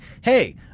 hey